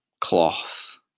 cloth